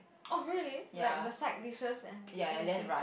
oh really like the side dishes and everything